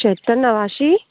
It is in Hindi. छिहत्तर नवासी